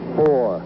four